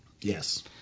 Yes